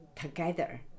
together